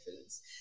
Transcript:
foods